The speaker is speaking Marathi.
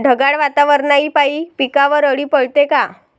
ढगाळ वातावरनापाई पिकावर अळी पडते का?